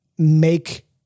make